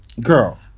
Girl